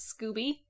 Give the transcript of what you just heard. Scooby